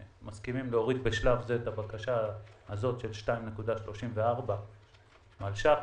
מסכימים להוריד בשלב זה את הבקשה הזאת של 2.34 מיליון ש"ח.